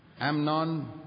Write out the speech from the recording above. Amnon